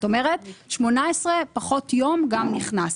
זאת אומרת, 18 פחות יום גם נכנס.